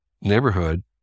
neighborhood